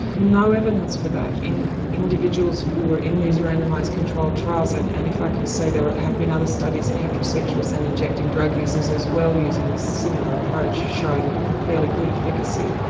no evidence for that in individuals who are in these randomised controlled trials, and and, if i can say, there have been other studies in heterosexuals and injecting drug users as well using this similar approach showing a fairly good efficacy.